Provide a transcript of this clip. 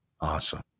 Awesome